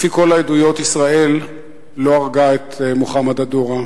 לפי כל העדויות, ישראל לא הרגה את מוחמד א-דורה.